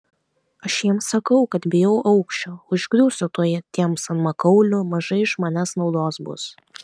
aš jiems sakau kad bijau aukščio užgriūsiu tuoj tiems ant makaulių mažai iš manęs naudos bus